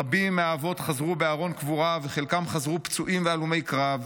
רבים מהאבות חזרו בארון קבורה וחלקם חזרו פצועים והלומי קרב,